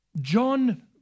John